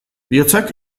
bihotzak